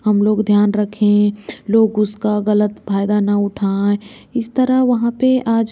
हम लोग ध्यान रखें लोग उसका गलत फ़ायदा न उठाएँ इस तरह वहाँ पर आज